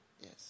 Yes